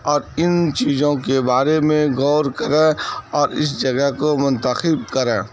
اور ان چیزوں کے بارے میں غور کریں اور اس جگہ کو منتخب کریں